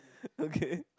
okay